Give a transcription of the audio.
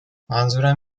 منظورم